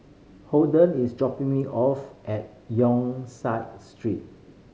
Holden is dropping me off at Yong Street